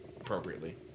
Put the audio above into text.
appropriately